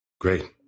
Great